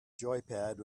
joypad